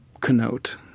connote